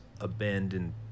abandoned